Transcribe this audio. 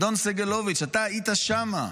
אדון סגלוביץ', אתה היית שם.